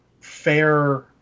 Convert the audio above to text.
fair